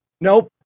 nope